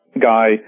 guy